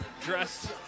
dressed